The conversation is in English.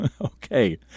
Okay